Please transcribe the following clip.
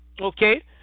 Okay